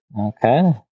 Okay